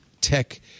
tech